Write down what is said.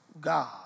God